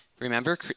Remember